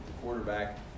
quarterback